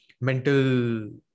mental